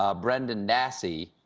ah brendan dassey.